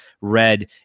read